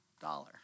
dollar